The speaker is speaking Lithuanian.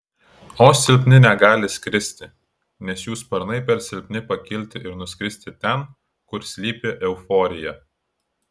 o silpni negali skristi nes jų sparnai per silpni pakilti ir nuskristi ten kur slypi euforija